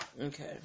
Okay